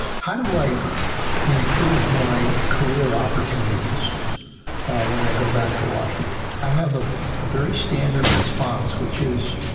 how do i improve my career opportunities when i go back to washington? i have a ah very standard response, which is,